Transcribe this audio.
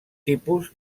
tipus